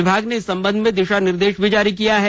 विभाग ने इस संबंध में दिशा निर्देश भी जारी किया है